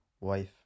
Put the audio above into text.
wife